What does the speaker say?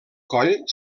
coll